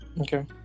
okay